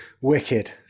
wicked